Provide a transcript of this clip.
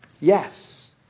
Yes